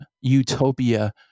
utopia